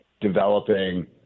developing